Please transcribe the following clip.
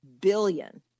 billion